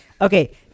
Okay